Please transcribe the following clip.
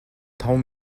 таван